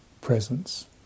presence